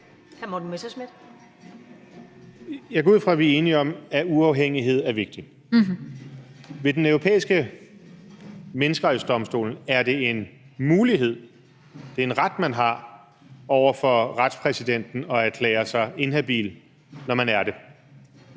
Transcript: Jeg går ud fra, at vi er enige om, at uafhængighed er vigtigt. Ved Den Europæiske Menneskerettighedsdomstol er det en mulighed, en ret, man har, til over for retspræsidenten at erklære sig inhabil, når man er det.